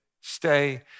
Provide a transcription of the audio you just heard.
stay